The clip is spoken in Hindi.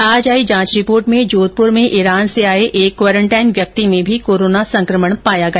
आज आई जांच रिपोर्ट में जोधप्र में ईरान से आये एक कोरोन्टाइन व्यक्ति में भी कोरोना संकमण पाया गया